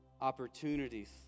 Opportunities